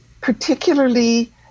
particularly